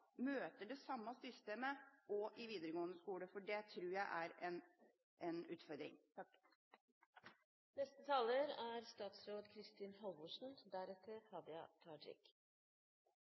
møter det samme systemet i videregående skole. Det tror jeg er en utfordring.